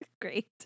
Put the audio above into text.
Great